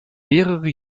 mehrere